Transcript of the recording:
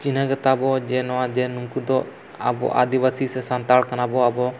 ᱪᱤᱱᱦᱟᱹ ᱜᱮᱛᱟᱵᱚ ᱡᱮ ᱱᱚᱣᱟ ᱡᱮ ᱱᱩᱠᱩᱫᱚ ᱟᱵᱚ ᱟᱫᱤᱵᱟᱥᱤ ᱥᱮ ᱥᱟᱱᱛᱟᱲ ᱠᱟᱱᱟᱵᱚ ᱟᱵᱚ